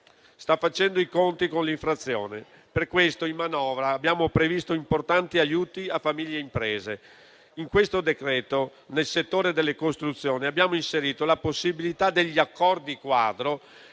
sta facendo i conti con l'inflazione. Per questo in manovra abbiamo previsto importanti aiuti a famiglie e imprese. In questo decreto, nel settore delle costruzioni, abbiamo inserito la possibilità degli accordi quadro